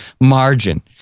margin